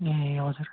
ए हजुर